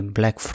Black